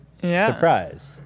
surprise